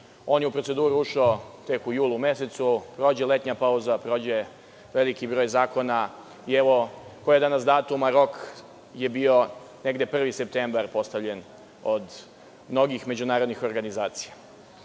On je u proceduru ušao tek u julu mesecu. Prođe letnja pauza, prođe veliki broj zakona i evo, koji je danas datum a rok je bio negde 1. septembar postavljen od mnogih međunarodnih organizacija.